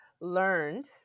learned